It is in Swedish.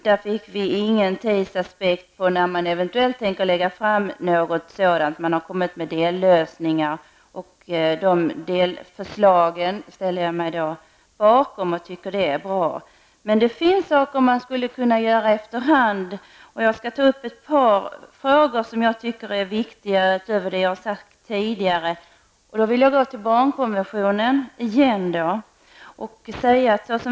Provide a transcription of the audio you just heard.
Vi fick ingen tidsaspekt när det gäller åtgärdsprogram i fråga om våld mot barn, men man har kommit med dellösningar. Jag ställer mig bakom dessa förslag och tycker de är bra. Men det finns saker som man skulle kunna göra efter hand. Jag skall ta upp ett par frågor som jag tycker är viktiga utöver det som jag sagt tidigare. Jag går återigen till barnkonventionen.